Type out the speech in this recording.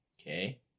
Okay